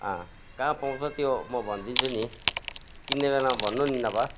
अँ कहाँ पाउँछ त्यो म भनिदिन्छु नि किन्ने बेलामा भन्नु नि नभए